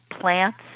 plants